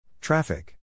Traffic